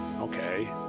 Okay